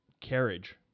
carriage